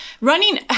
running